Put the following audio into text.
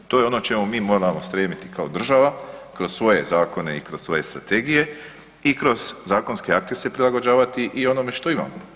To je ono o čemu mi moramo stremiti kao država, kroz svoje zakone i kroz svoje strategije i kroz zakonske akte se prilagođavati i onome što imamo.